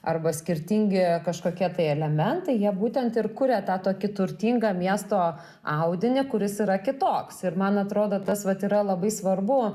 arba skirtingi kažkokie tai elementai jie būtent ir kuria tą tokį turtingą miesto audinį kuris yra kitoks ir man atrodo tas vat yra labai svarbu